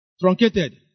Truncated